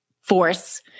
force